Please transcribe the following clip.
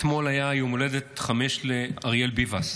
אתמול היה יום הולדת חמש לאריאל ביבס.